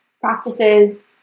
practices